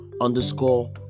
underscore